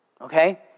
Okay